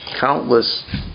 Countless